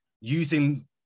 using